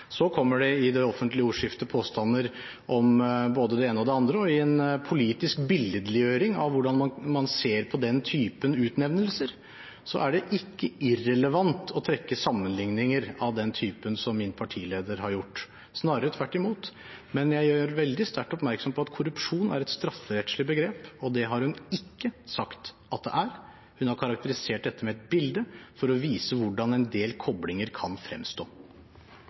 Så kommer det i det offentlige ordskiftet påstander om både det ene og det andre, og i en politisk billedliggjøring av hvordan man ser på den typen utnevnelser, er det ikke irrelevant å trekke sammenligninger av den typen som min partileder har gjort, snarere tvert imot. Men jeg gjør veldig sterkt oppmerksom på at korrupsjon er et strafferettslig begrep. Det har hun ikke sagt at det er. Hun har karakterisert dette med et bilde for å vise hvordan en del koblinger kan fremstå.